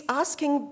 asking